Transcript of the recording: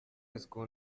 escudo